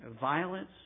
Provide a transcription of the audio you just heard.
Violence